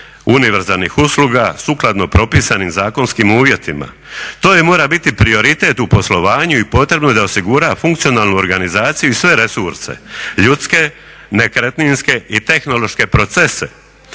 univerzalnih usluga sukladno propisanim zakonskim uvjetima. To mora biti prioritet u poslovanju i potrebno je da osigura funkcionalnu organizaciju i sve resurse, ljudske, nekretninske i tehnološke procese